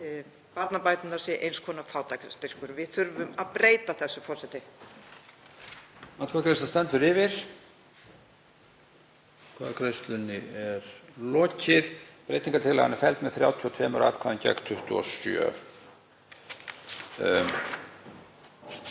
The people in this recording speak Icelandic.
barnabæturnar séu eins konar fátæktarstyrkur. Við þurfum að breyta þessu, forseti.